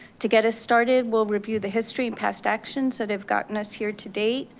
to get us started we'll review the history and past actions that have gotten us here to date,